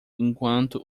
enquanto